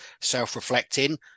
self-reflecting